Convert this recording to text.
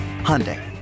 Hyundai